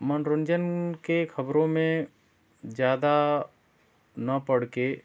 मनोरंजन के खबरों में ज़्यादा न पड़ कर